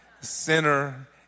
sinner